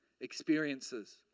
experiences